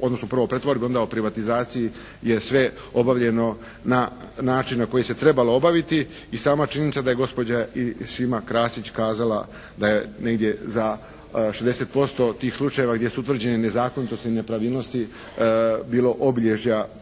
odnosno prvo o pretvorbi onda o privatizaciji je sve obavljeno na način na koji se trebalo obaviti i sama činjenica da je i gospođa i Šima Krasić kazala da je negdje za 60% tih slučajeva gdje su utvrđene nezakonitosti i nepravilnosti bilo obilježja kaznenih